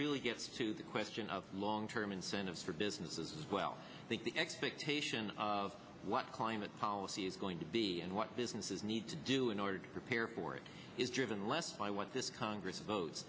really gets to the question of long term incentives for businesses well i think the expectation of what climate policy is going to be and what businesses need to do in order to prepare for it is driven less by what this congress vote